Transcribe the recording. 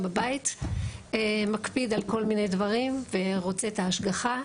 בבית מקפיד על כל מיני דברים ורוצה את ההשגחה.